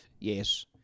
Yes